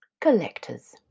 Collectors